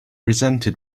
resented